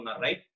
right